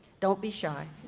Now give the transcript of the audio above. don't be shy.